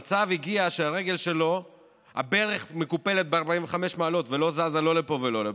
המצב הגיע לכך שהברך שלו מקופלת ב-45 מעלות ולא זזה לא לפה ולא לפה.